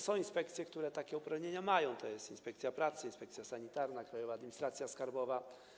Są inspekcje, które takie uprawnienia mają, tj. inspekcja pracy, inspekcja sanitarna, Krajowa Administracja Skarbowa.